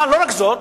אבל לא רק זאת,